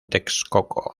texcoco